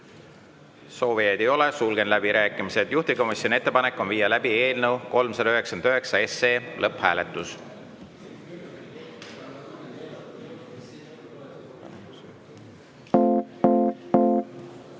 Soovijaid ei ole, sulgen läbirääkimised. Juhtivkomisjoni ettepanek on viia läbi eelnõu 399 lõpphääletus.